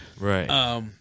Right